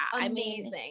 amazing